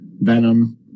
venom